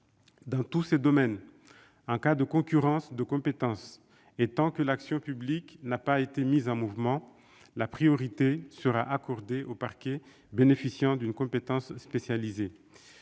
Dans tous ces domaines, en cas de concurrence de compétences et tant que l'action publique n'a pas été mise en mouvement, la priorité sera accordée au parquet bénéficiant d'une compétence spécialisée.